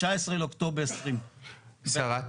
19 לאוקטובר 20. רק,